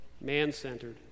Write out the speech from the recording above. man-centered